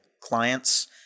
clients